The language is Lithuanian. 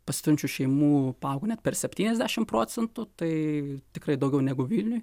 pasiturinčių šeimų paaugo net per septyniasdešimt procentų tai tikrai daugiau negu vilniuj